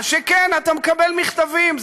מה שכן, אתה מקבל מכתבים.